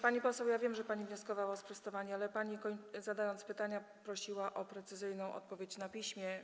Pani poseł, ja wiem, że pani wnioskowała o sprostowanie, ale pani prosiła, zadając pytania, o precyzyjną odpowiedź na piśmie.